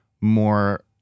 more